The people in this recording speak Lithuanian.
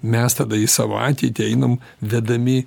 mes tada į savo ateitį einam vedami